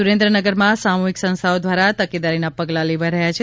સુરેન્દ્રનગરમાં સામૂહિક સંસ્થાઓ દ્વારા તકેદારીના પગલા લેવાઇ રહ્યા છે